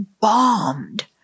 bombed